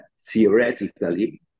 theoretically